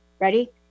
ready